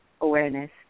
awareness